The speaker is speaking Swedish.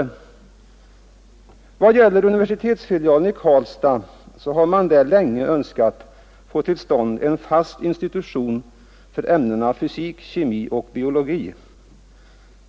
I vad gäller universitetsfilialen i Karlstad har man där länge önskat få till stånd en fast institution för ämnena fysik, kemi och biologi.